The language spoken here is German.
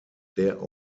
der